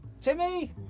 Timmy